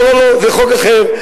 לא, זה חוק אחר.